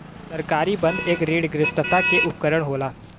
सरकारी बन्ध एक ऋणग्रस्तता के उपकरण होला